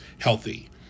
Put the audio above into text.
healthy